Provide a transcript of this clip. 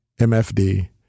MFD